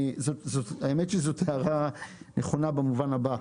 האמת שזאת הערה נכונה במובן הבא: